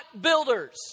builders